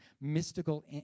mystical